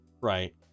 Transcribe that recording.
Right